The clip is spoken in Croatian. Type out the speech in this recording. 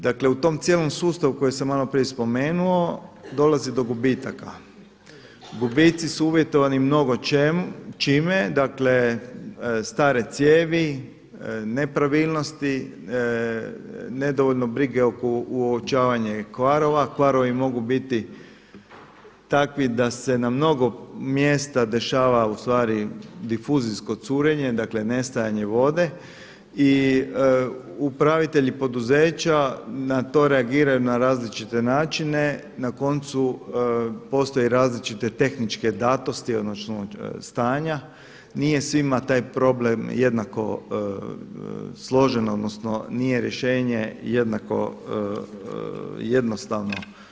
Dakle u tom cijelom sustavu koji sam malo prije spomenuo dolazi do gubitaka, gubici su uvjetovani mnogo čime, dakle stare cijevi, nepravilnosti, nedovoljno brige oko uočavanja kvarova, kvarovi mogu biti takvi da se na mnogo mjesta dešava ustvari difuzijsko curenje, dakle nestajanje vode i upravitelji poduzeća na to reagiraju na različite načine, na koncu postoje i različite tehničke datosti, odnosno stanja, nije svima taj problem jednako složen, odnosno nije rješenje jednako jednostavno.